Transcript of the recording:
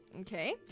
okay